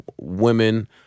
women